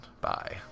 bye